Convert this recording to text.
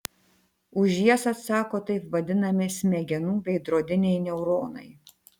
už jas atsako taip vadinami smegenų veidrodiniai neuronai